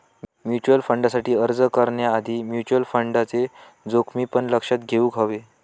mutual फंडसाठी अर्ज करण्याआधी म्युचल फंडचे जोखमी पण लक्षात घेउक हवे